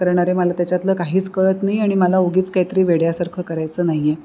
कारण अरे मला त्याच्यातलं काहीच कळत नाही आणि मला उगीच काहीतरी वेड्यासारखं करायचं नाही आहे